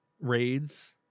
raids